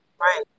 Right